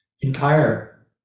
entire